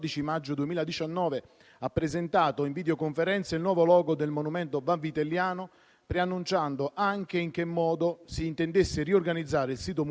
In particolare, il presidente dell'ordine degli architetti di Caserta Raffaele Cecoro ha affermato che